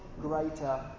Greater